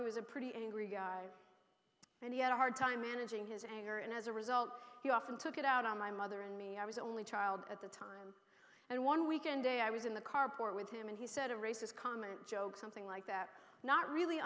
who was a pretty angry guy and he had a hard time managing his anger and as a result he often took it out on my mother and me i was only child at the time and one weekend day i was in the carport with him and he said a racist comment joke something like that not really